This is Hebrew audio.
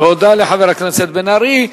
תודה לחבר הכנסת בן-ארי.